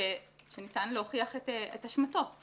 שניתן להוכיח את אשמתו.